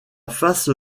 face